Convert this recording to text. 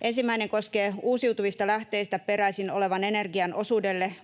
Ensimmäiseksi uusiutuvista lähteistä peräisin olevan energian osuudelle